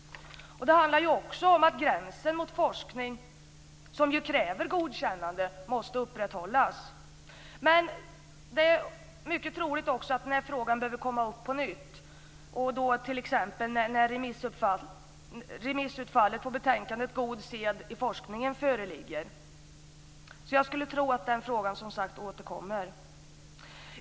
Det handlar också om att gränsen mot forskning, som ju kräver godkännande, måste upprätthållas. Men det är mycket troligt att denna fråga behöver tas upp på nytt, t.ex. när remissutfallet på betänkandet God sed i forskningen föreligger. Jag skulle som sagt tro att frågan återkommer.